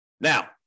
Now